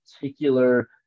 particular